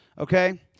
Okay